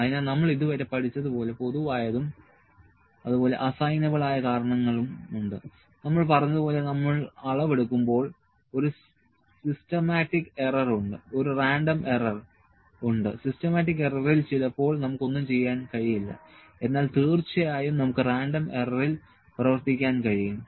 അതിനാൽ നമ്മൾ ഇതുവരെ പഠിച്ചതുപോലെ പൊതുവായതും അതുപോലെ അസൈനബിൾ ആയ കാരണങ്ങളുമുണ്ട് നമ്മൾ പറഞ്ഞതുപോലെ നമ്മൾ അളവെടുക്കുമ്പോൾ ഒരു സിസ്റ്റമാറ്റിക് എറർ ഉണ്ട് ഒരു റാൻഡം എറർ ഉണ്ട് സിസ്റ്റമാറ്റിക് എറർ ൽ ചിലപ്പോൾ നമുക്ക് ഒന്നും ചെയ്യാൻ കഴിയില്ല എന്നാൽ തീർച്ചയായും നമുക്ക് റാൻഡം എറർ ൽ പ്രവർത്തിക്കാൻ കഴിയും